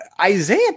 Isaiah